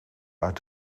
uit